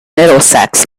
middlesex